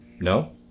No